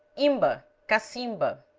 imba cacimba,